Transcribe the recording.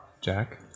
Jack